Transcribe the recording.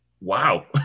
wow